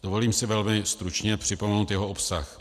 Dovolím si velmi stručně připomenout jeho obsah.